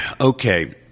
Okay